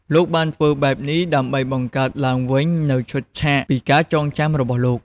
លោកបានធ្វើបែបនេះដើម្បីបង្កើតឡើងវិញនូវឈុតឆាកពីការចងចាំរបស់លោក។